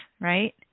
right